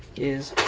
is